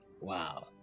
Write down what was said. Wow